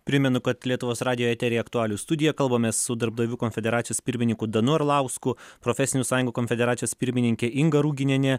primenu kad lietuvos radijo eteryje aktualijų studija kalbamės su darbdavių konfederacijos pirmininku danu arlausku profesinių sąjungų konfederacijos pirmininke inga ruginiene